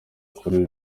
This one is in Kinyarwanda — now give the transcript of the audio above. kuri